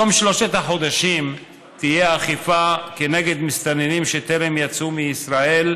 בתום שלושת החודשים תהיה אכיפה כנגד מסתננים שטרם יצאו מישראל,